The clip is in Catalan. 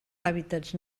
hàbitats